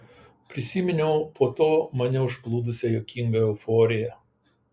prisiminiau po to mane užplūdusią juokingą euforiją